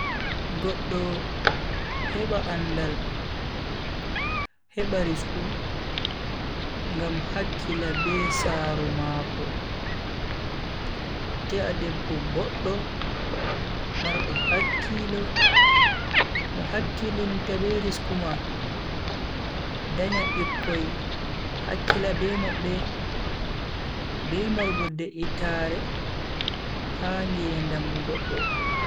Goddo heba andal, heba risku ngam hakkila be saaro mako. te'a debbo boddo mardo hakkilo mo hakkilinta be risku ma, danya bikkoi hakkila be mabbe be marugo de'itare ha ngedam goddo.